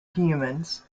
humans